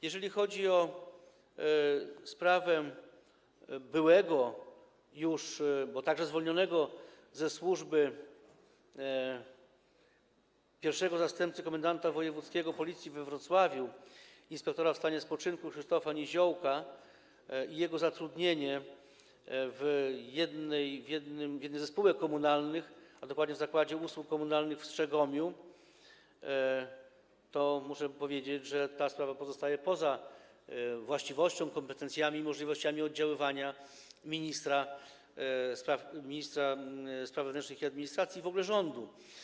Jeżeli chodzi o sprawę byłego już, bo także zwolnionego ze służby, pierwszego zastępcy komendanta wojewódzkiego Policji we Wrocławiu inspektora w stanie spoczynku Krzysztofa Niziołka i jego zatrudnienie w jednej ze spółek komunalnych, a dokładnie w Zakładzie Usług Komunalnych w Strzegomiu, muszę powiedzieć, że ta sprawa pozostaje poza właściwością, kompetencjami i możliwościami oddziaływania ministra spraw wewnętrznych i administracji i w ogóle rządu.